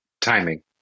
timing